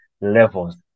levels